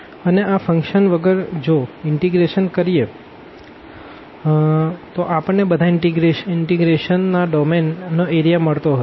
અને આ ફંક્શન વગર જો ઇનટીગ્રેશન કરીએ તો આપણને બધા ઇનટીગ્રેશન ના ડોમેન નો એરિયા મળતો હતો